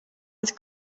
het